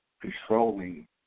controlling